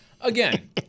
again